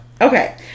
Okay